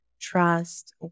trust